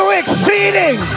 exceeding